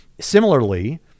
Similarly